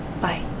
Bye